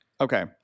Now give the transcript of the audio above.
Okay